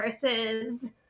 versus